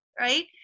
Right